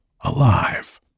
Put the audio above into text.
alive